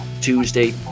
Tuesday